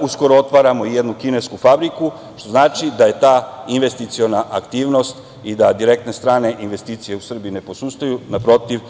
uskoro otvaramo i jednu kinesku fabriku, što znači da je ta investiciona aktivnost i da direktne strane investicije u Srbiji ne posustaju, naprotiv,